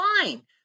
Fine